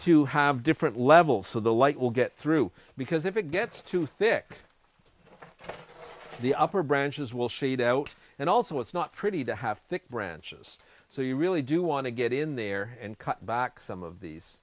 to have different level so the light will get through because if it gets too thick the upper branches will shade out and also it's not pretty to have thick branches so you really do want to get in there and cut back some of